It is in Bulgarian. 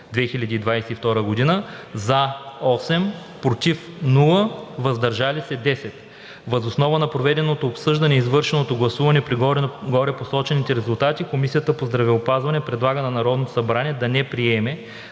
2022 г.: „За” – 8, „против” – 0, „въздържал се” – 10. Въз основа на проведеното обсъждане и извършеното гласуване при горепосочените резултати Комисията по здравеопазването предлага на Народното събрание да не приеме